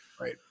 right